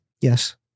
Yes